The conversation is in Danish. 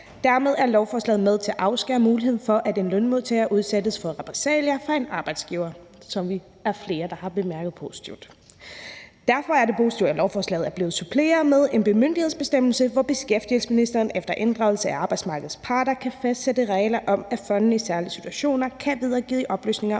dermed er lovforslaget med til at afskære muligheden for, at en lønmodtager udsættes for repressalier fra en arbejdsgiver, hvilket vi er flere der har bemærket som positivt. Derfor er det positivt, at lovforslaget er blevet suppleret med en bemyndigelsesbestemmelse, hvor beskæftigelsesministeren efter inddragelse af arbejdsmarkedets parter kan fastsætte regler om, at fonden i særlige situationer kan videregive oplysninger